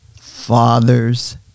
father's